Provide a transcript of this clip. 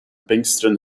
pinksteren